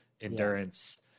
endurance